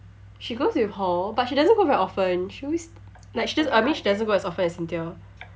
she goes with hall but she doesn't go very often she always like she doesn't I mean she doesn't go as often as cynthia